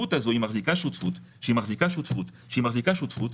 שהשותפות מחזיקה שותפות שמחזיקה שותפות שמחזיקה שותפות.